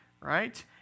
right